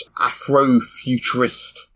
Afrofuturist